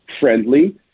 friendly